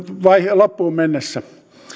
loppuun mennessä